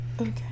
Okay